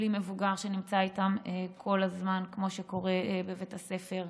בלי מבוגר שנמצא איתם כל הזמן כמו שקורה בבית הספר.